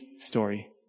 story